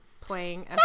playing